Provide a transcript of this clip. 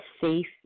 safe